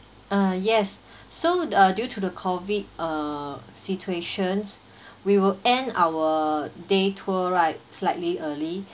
uh yes so the uh due to the COVID uh situation we will end our day tour right slightly early